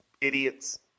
idiots